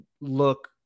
look